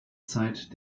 zeit